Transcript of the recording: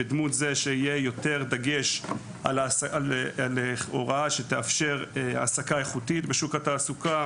יותר דגש על הוראה שתאפשר העסקה איכותית בשוק התעסוקה,